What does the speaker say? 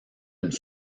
une